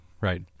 Right